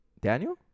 Daniel